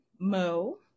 Mo